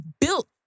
built